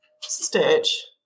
Stitch